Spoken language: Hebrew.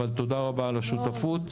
אבל תודה רבה על השותפות.